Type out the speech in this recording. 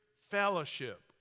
fellowship